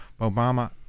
Obama